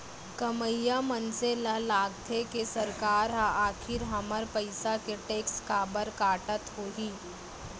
कमइया मनसे ल लागथे के सरकार ह आखिर हमर पइसा के टेक्स काबर काटत होही